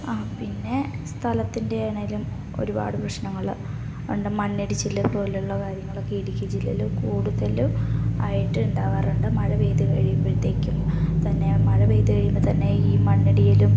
ആ പിന്നെ സ്ഥലത്തിൻ്റെ ആണെങ്കിലും ഒരുപാട് പ്രശ്നങ്ങൾ ഉണ്ട് മണ്ണിടിച്ചിൽ പോലെയുള്ള കാര്യങ്ങളൊക്കെ ഇടുക്കി ജില്ലയിൽ കൂടുതലും ആയിട്ട് ഉണ്ടാവാറുണ്ട് മഴ പെയ്തു കഴിയുമ്പോഴത്തേക്കും തന്നെ മഴ പെയ്തു കഴിയുമ്പം തന്നെ ഈ മണ്ണിടിയലും